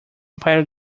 empire